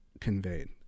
conveyed